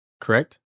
correct